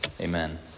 Amen